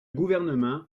gouvernement